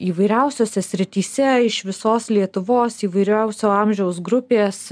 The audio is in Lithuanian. įvairiausiose srityse iš visos lietuvos įvairiausio amžiaus grupės